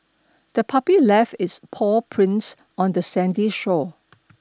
the puppy left its paw prints on the sandy shore